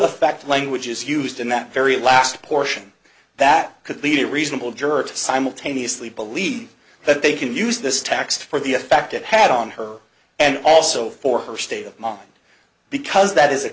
fact language is used in that very last portion that could lead a reasonable juror to simultaneously believe that they can use this tax for the effect it had on her and also for her state of mind because that is a